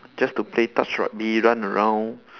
just to play touch rugby run around